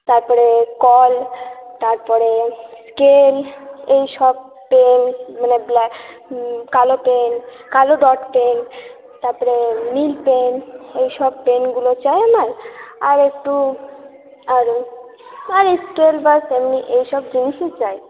তারপরে কল তারপরে স্কেল এইসব পেন মানে ব্ল্যাক কালো পেন কালো ডট পেন তারপরে নীল পেন এইসব পেনগুলো চাই আমার আর একটু আর আর একটু ব্যাস এমনি এই সব জিনিসই চাই